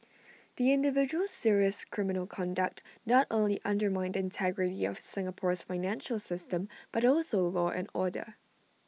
the individual's serious criminal conduct not only undermined the integrity of Singapore's financial system but also law and order